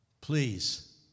please